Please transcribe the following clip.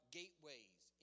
gateways